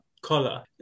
Collar